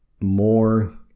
more